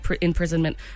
imprisonment